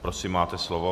Prosím, máte slovo.